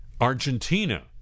Argentina